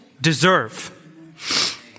deserve